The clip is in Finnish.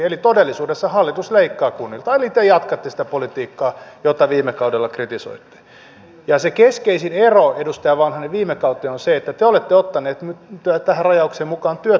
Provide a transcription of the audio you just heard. eli todellisuudessa hallitus leikkaa kunnilta eli te jatkatte sitä politiikkaa jota viime kaudella kritisoitte ja se keskeisin ero edustaja vanhanen viime kauteen on se että te olette ottaneet nyt tähän rajaukseen mukaan työttömät